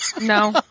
No